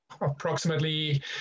approximately